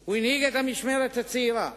הוא הנהיג את המשמרת הצעירה,